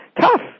Tough